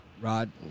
Rod